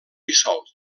dissolt